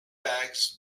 bags